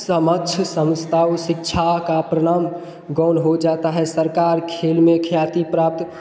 समक्ष संस्थाओं शिक्षा का परिणाम गोल हो जाता है सरकार खेल में ख्याति प्राप्त